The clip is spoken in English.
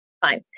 Fine